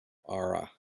aura